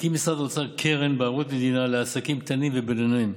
הקים משרד האוצר קרן בערבויות מדינה לעסקים קטנים ובינוניים.